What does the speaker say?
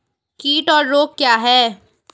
कीट और रोग क्या हैं?